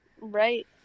right